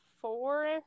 four